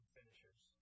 finishers